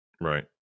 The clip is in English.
Right